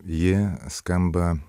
ji skamba